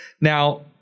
Now